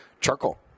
charcoal